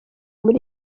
muri